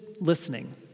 listening